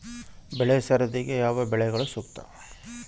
ಬೆಳೆ ಸರದಿಗೆ ಯಾವ ಬೆಳೆಗಳು ಸೂಕ್ತ?